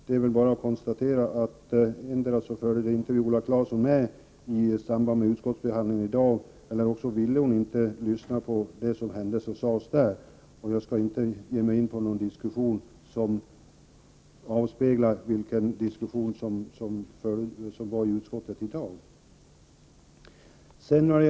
Det är väl bara att konstatera att Viola Claesson uppenbarligen inte hörde eller ville höra vad som sades i utskottet, men jag skall inte referera diskussionen vid dagens utskottssammanträde.